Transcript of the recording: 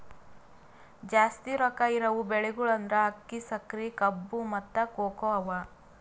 ಜಾಸ್ತಿ ರೊಕ್ಕಾ ಇರವು ಬೆಳಿಗೊಳ್ ಅಂದುರ್ ಅಕ್ಕಿ, ಸಕರಿ, ಕಬ್ಬು, ಮತ್ತ ಕೋಕೋ ಅವಾ